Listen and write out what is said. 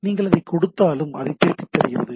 நீங்கள் எதைக் கொடுத்தாலும் அதைத் திருப்பித் தருகிறது